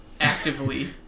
actively